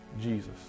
Jesus